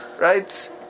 right